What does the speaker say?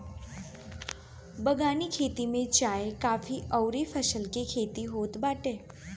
बगानी खेती में चाय, काफी अउरी फल के खेती होत बाटे